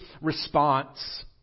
response